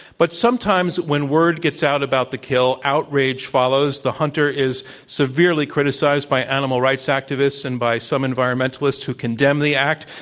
but sometimes when word gets out about the kill, outrage follows. the hunter is severely criticized by animal rights activists and by some environmentalists who condemn the act,